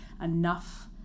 enough